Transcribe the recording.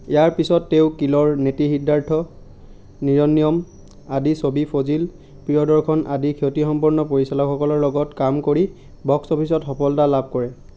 ইয়াৰ পিছত তেওঁ কিলৰ নীতি সিদ্ধাৰ্থ নিৰণ্যম আদি ছবি ফজিল প্ৰিয়দৰ্শন আদি খ্যাতিসম্পন্ন পৰিচালকসকলৰ লগত কাম কৰি বক্স অফিচত সফলতা লাভ কৰে